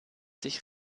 sich